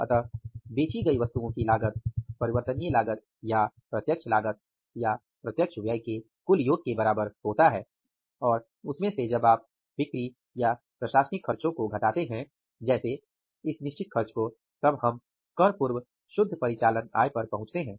इसलिए बेची गई वस्तुओं की लागत परिवर्तनीय लागत या प्रत्यक्ष व्यय के कुल योग के बराबर होता है और उसमे से जब आप बिक्री या प्रशासनिक खर्चों को घटाते है जैसे इस निश्चित खर्च को तब हम कर पूर्व शुद्ध परिचालन आय पर पहुंचते हैं